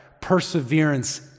perseverance